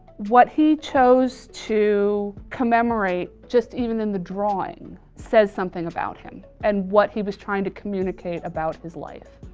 what he chose to commemorate, just even in the drawing says something about him and what he was trying to communicate about his life.